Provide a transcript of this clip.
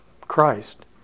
Christ